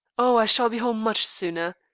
oh, i shall be home much sooner.